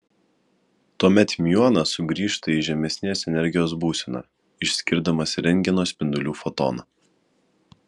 tuomet miuonas sugrįžta į žemesnės energijos būseną išskirdamas rentgeno spindulių fotoną